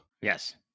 Yes